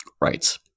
Right